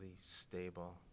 stable